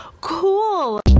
cool